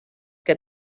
que